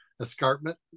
Escarpment